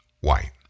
white